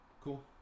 cool